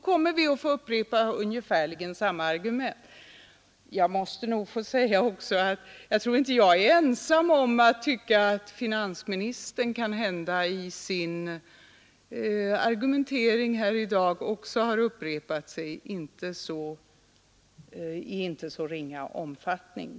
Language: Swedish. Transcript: Jag tror inte att jag är ensam om att tycka att också finansministern i sin argumentering i dag har upprepat sig i inte så ringa omfattning.